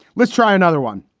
let's try another one.